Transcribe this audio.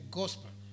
gospel